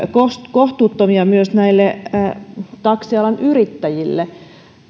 kohtuuttomia myös näille taksialan yrittäjille